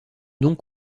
donc